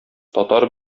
татар